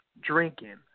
drinking